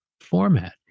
format